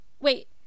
Wait